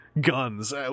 guns